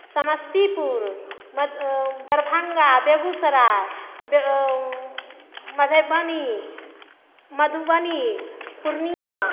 Samastipur Darbhanga Begusarai Madhubani Madhubani Purnia